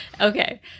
Okay